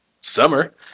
summer